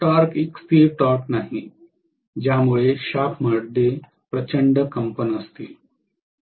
torque एक स्थिर torque नाही ज्यामुळे शाफ्टमध्ये प्रचंड कंपन असतील